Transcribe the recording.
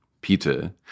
Peter